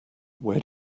where